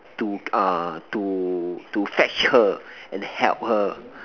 to uh to to fetch her and help her